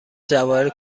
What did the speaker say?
جواهر